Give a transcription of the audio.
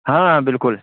ہاں بالکل